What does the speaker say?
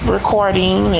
recording